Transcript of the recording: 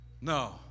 No